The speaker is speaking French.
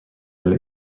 elle